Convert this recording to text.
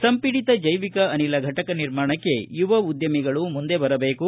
ಸಂಪಿಡಿತ ಜೈವಿಕ ಅನಿಲ ಘಟಕ ನಿರ್ಮಾಣಕ್ಕೆ ಯುವ ಉದ್ದಮಿಗಳು ಮುಂದೆ ಬರಬೇಕು